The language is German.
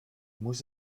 muss